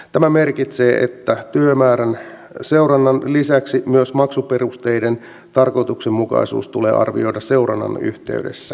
tämä merkitsee että työmäärän seurannan lisäksi myös maksuperusteiden tarkoituksenmukaisuus tulee arvioida seurannan yhteydessä